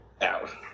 out